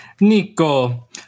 Nico